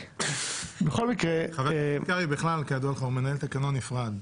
חבר הכנסת קרעי בכלל, כידוע לך, מנהל תקנון נפרד.